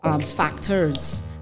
factors